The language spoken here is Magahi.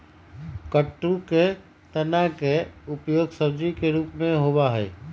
कुट्टू के तना के उपयोग सब्जी के रूप में होबा हई